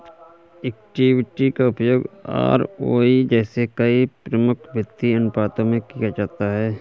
equity का उपयोग ROE जैसे कई प्रमुख वित्तीय अनुपातों में किया जाता है